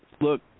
look